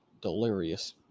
delirious